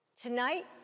Tonight